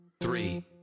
three